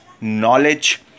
knowledge